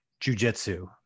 jujitsu